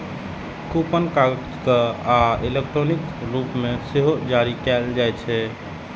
coupon कागज केर आ इलेक्ट्रॉनिक रूप मे सेहो जारी कैल जाइ छै